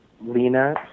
Lena